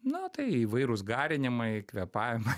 na tai įvairūs garinimai kvėpavimai